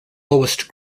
lowest